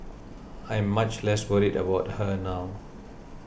I'm much less worried about her now